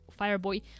Fireboy